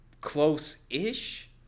close-ish